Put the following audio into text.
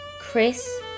Chris